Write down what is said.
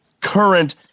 current